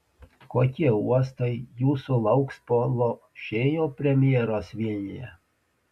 kokie uostai jūsų lauks po lošėjo premjeros vilniuje